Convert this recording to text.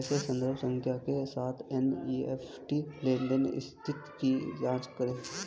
कैसे संदर्भ संख्या के साथ एन.ई.एफ.टी लेनदेन स्थिति की जांच करें?